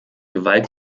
gewalt